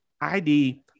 ID